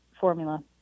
formula